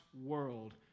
world